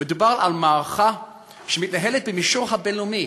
מדובר על מערכה שמתנהלת במישור הבין-לאומי,